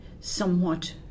somewhat